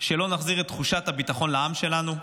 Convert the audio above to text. שלא נחזיר את תחושת הביטחון לעם שלנו.